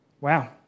Wow